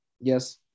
Yes